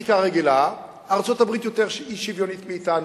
הסטטיסטיקה הרגילה ארצות-הברית יותר אי-שוויונית מאתנו.